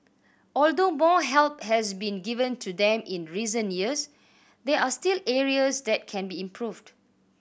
although more help has been given to them in recent years there are still areas that can be improved